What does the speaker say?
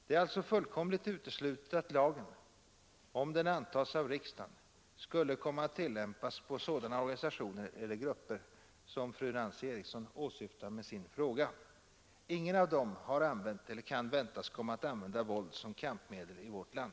Det är alltså fullkomligt uteslutet att lagen, om den antas av riksdagen, skulle komma att tillämpas på sådana organisationer eller grupper som fru Eriksson i Stockholm åsyftar med sin fråga. Ingen av dem har använt eller kan väntas komma att använda våld som kampmedel i vårt land.